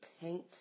paint